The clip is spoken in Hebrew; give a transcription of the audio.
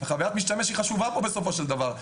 חווית משתמש היא חשובה פה בסופו של דבר.